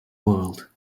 world